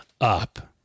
up